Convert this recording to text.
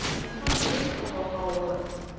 and how beautiful the hall looks.